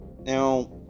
Now